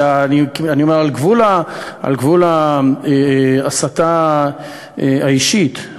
על גבול ההסתה האישית,